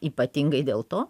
ypatingai dėl to